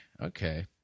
Okay